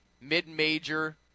mid-major